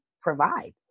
provide